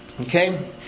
Okay